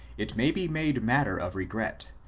it may be made matter of regret,